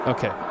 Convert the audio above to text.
Okay